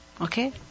okay